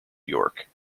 york